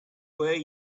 way